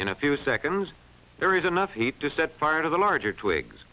in a few seconds there is enough heat to set fire to the larger twigs